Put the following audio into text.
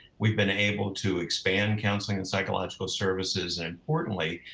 we've been able to expand counseling and psychological services. and importantly,